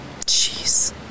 Jeez